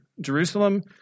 Jerusalem